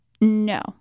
No